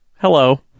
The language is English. Hello